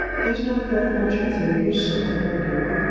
is not that what you think yourself, my dear?